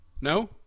No